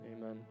amen